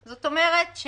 זאת אומרת,